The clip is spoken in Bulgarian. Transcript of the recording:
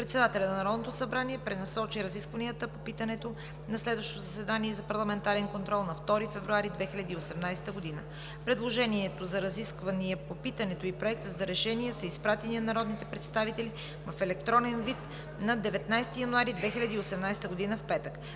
председателят на Народното събрание пренасочи разискванията по питането на следващото заседание за парламентарен контрол на 2 февруари 2018 г. Предложението за разисквания по питането и Проекта за решение са изпратени на народните представители в електронен вид на 19 януари 2018 г., петък.